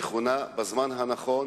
נכונה, בזמן הנכון,